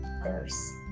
others